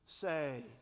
say